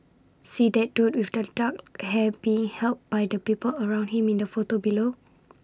see that dude with the dark hair being helped by the people around him in the photo below